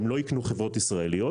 הן לא יקנו חברות ישראליות,